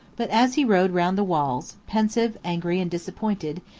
but as he rode round the walls, pensive, angry, and disappointed,